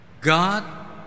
God